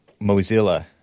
Mozilla